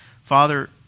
Father